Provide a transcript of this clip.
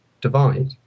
divide